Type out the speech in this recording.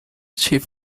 chief